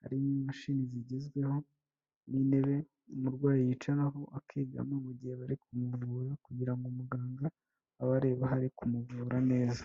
harimo imashini zigezweho n'intebe umurwayi yicaraho akegama mu gihe bari kumuvura, kugira ngo muganga abe areba aho ari kumuvura neza.